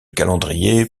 calendrier